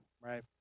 Right